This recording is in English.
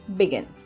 begin